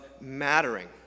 mattering